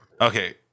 Okay